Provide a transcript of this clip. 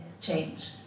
change